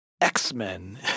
X-Men